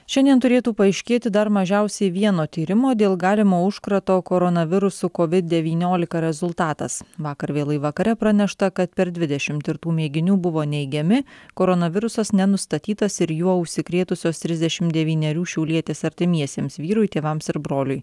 šiandien turėtų paaiškėti dar mažiausiai vieno tyrimo dėl galimo užkrato koronavirusu covid devyniolika rezultatas vakar vėlai vakare pranešta kad per dvidešimt tirtų mėginių buvo neigiami koronavirusas nenustatytas ir juo užsikrėtusios trisdešimt devynerių šiaulietės artimiesiems vyrui tėvams ir broliui